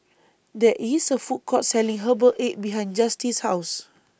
There IS A Food Court Selling Herbal Egg behind Justice's House